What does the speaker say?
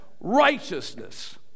righteousness